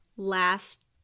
last